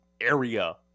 area